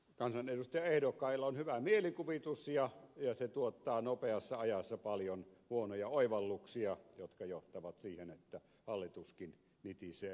kansanedustajaehdokkailla on hyvä mielikuvitus ja se tuottaa nopeassa ajassa paljon huonoja oivalluksia jotka johtavat siihen että hallituskin nitisee luottamuksen kurimuksessa